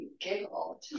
giggle